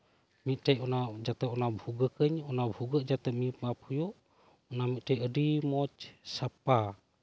ᱢᱤᱫᱴᱮᱡ ᱡᱟᱛᱮ ᱚᱱᱟ ᱵᱷᱩᱜᱟᱹᱜ ᱟᱹᱧ ᱚᱱᱟ ᱵᱷᱩᱜᱟᱹᱜ ᱡᱟᱛᱮ ᱢᱤᱫ ᱢᱟᱯ ᱦᱩᱭᱩᱜ ᱚᱱᱟ ᱢᱤᱫᱴᱮᱡ ᱟᱹᱰᱤ ᱢᱚᱸᱡᱽ ᱥᱟᱯᱟ